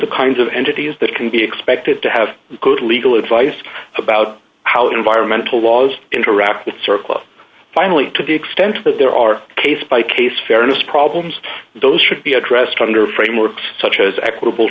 the kinds of entities that can be expected to have good legal advice about how environmental laws interact with circlip finally to the extent that there are case by case fairness problems those should be addressed under frameworks such as equitable